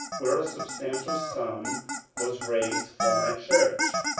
where a substantial sum was raised for my church.